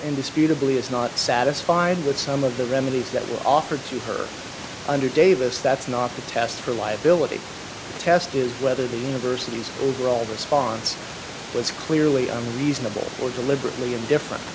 indisputable is not satisfied with some of the remedies that were offered to her under davis that's not the test for liability test is whether the university's overall response was clearly on reasonable or deliberately indifferent